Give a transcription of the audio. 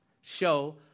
Show